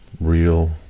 real